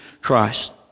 Christ